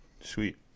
Sweet